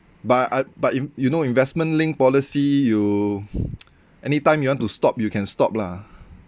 but I but in~ you know investment-linked policy you anytime you want to stop you can stop lah